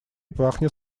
пахнет